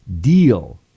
deal